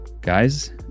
guys